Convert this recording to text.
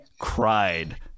cried